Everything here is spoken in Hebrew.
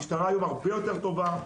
המשטרה היום הרבה יותר טובה,